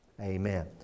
Amen